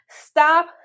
Stop